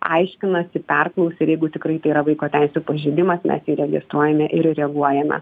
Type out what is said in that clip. aiškinasi perklausia ir jeigu tikrai tai yra vaiko teisių pažeidimas mes įregistruojame ir reaguojame